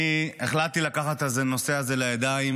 אני החלטתי לקחת את הנושא הזה לידיים